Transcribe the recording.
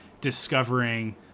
discovering